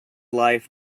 life